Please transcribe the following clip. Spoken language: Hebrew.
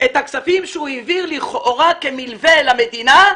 את הכספים שהוא העביר לכאורה כמלווה למדינה,